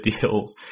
deals